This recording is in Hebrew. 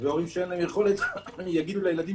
והורים שאין להם יכולת יגידו לילדים